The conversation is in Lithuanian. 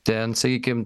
ten sakykim